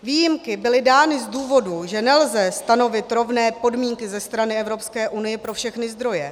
Výjimky byly dány z důvodu, že nelze stanovit rovné podmínky ze strany Evropské unie pro všechny zdroje.